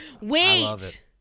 Wait